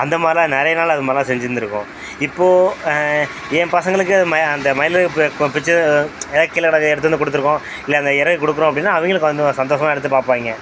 அந்த மாதிரிலாம் நிறைய நாள் அது மாதிரிலாம் செஞ்சுருந்துருக்கோம் இப்போது என் பசங்களுக்கு அது ம அந்த மயிலிறகு இப்போ இப்போ பிய்ச்சது ஏதோ கீழே கிடக்கறத எடுத்து வந்து கொடுத்துருக்கோம் இல்லை அந்த இறகக் கொடுக்கறோம் அப்படின்னா அவங்களுக்கு அந்த ஒரு சந்தோஷமா எடுத்து பார்ப்பாய்ங்க